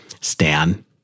stan